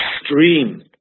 extreme